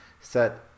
set